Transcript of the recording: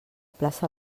plaça